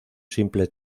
simple